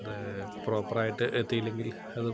അത് പ്രോപറായിട്ട് എത്തിയില്ലെങ്കിൽ അത്